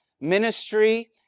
ministry